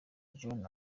john